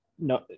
No